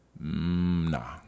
Nah